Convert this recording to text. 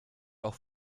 auch